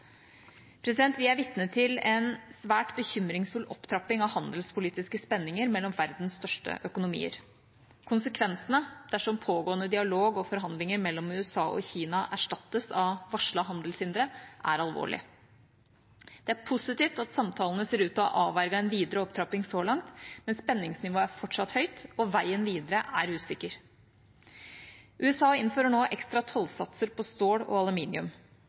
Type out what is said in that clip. Vi er vitne til en svært bekymringsfull opptrapping av handelspolitiske spenninger mellom verdens største økonomier. Konsekvensene dersom en pågående dialog og forhandlinger mellom USA og Kina erstattes av varslede handelshindre, er alvorlige. Det er positivt at samtalene ser ut til å ha avverget en videre opptrapping så langt, men spenningsnivået er fortsatt høyt, og veien videre er usikker. USA innfører nå ekstra tollsatser på stål og aluminium.